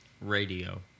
radio